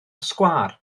sgwâr